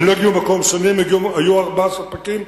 הם לא הגיעו למקום שני; היו ארבעה ספקים,